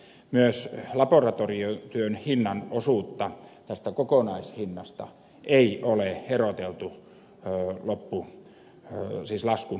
myöskään laboratoriotyön hinnan osuutta tästä kokonaishinnasta ei ole eroteltu laskun loppusummassa